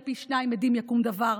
"על פי שניים עדים יקום דבר",